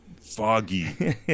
foggy